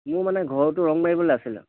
মোৰ মানে ঘৰটো ৰং মাৰিবলৈ আছিলে